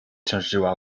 ciążyła